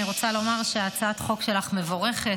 אני רוצה לומר שהצעת החוק שלך מבורכת.